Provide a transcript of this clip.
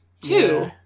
Two